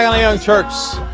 um the young turks.